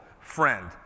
friend